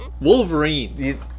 Wolverine